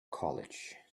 college